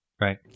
right